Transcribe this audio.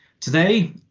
Today